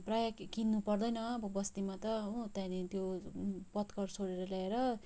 प्रायः किन्नु पर्दैन अब बस्तीमा त हो त्यहाँदेखि त्यो पतकर सोहोरेर ल्याएर